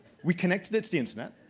we connected it to the internet,